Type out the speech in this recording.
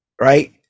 Right